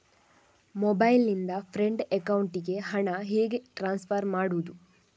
Mobile ನಿಂದ friend ಅಕೌಂಟಿಗೆ ಹಣ ಹೇಗೆ ಟ್ರಾನ್ಸ್ಫರ್ ಮಾಡುವುದು?